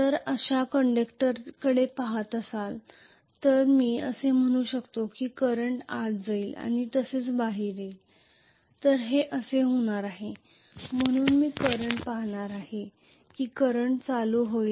जर अशा कंडक्टरकडे पहात असेल तर मी असे म्हणू शकतो की करंट आत जाईल आणि असेच बाहेर येईल तर हे असे होणार आहे म्हणून मी करंट पाहणार आहे की करंट करंट होईल